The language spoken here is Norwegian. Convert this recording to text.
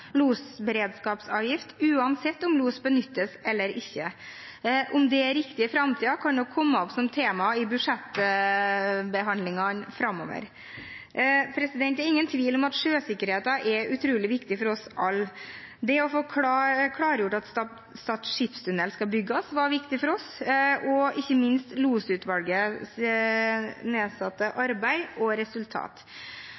losberedskapsavgift, uansett om los benyttes eller ikke. Om det er riktig i framtiden, kan nok komme opp som tema i budsjettbehandlingene framover. Det er ingen tvil om at sjøsikkerheten er utrolig viktig for oss alle. Det å få klargjort at Stad skipstunnel skal bygges, var viktig for oss, og – ikke minst – Losutvalgets nedsatte